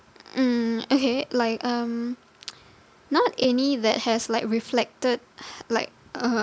mm okay like um not any that has like reflected like uh